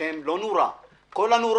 אצלכם לא רק נורה אלא את כל הנורות,